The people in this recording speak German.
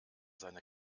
seine